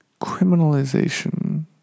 criminalization